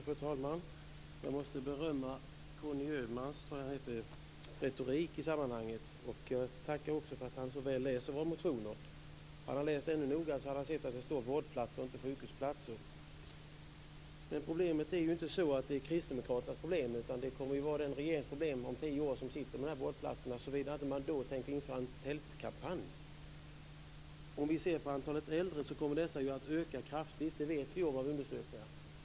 Fru talman! Jag måste berömma Conny Öhmans retorik i sammanhanget och tacka honom för att han så väl läst våra motioner. Hade han läst ännu noggrannare hade han sett att det står vårdplatser och inte sjukhusplatser. Det här är inte Kristdemokraternas problem, utan det kommer att vara ett regeringsproblem om tio år, såvida man inte tänker genomföra en tältkampanj. Antalet äldre kommer att öka kraftigt. Det vet vi av undersökningarna.